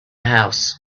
house